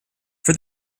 for